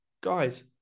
Guys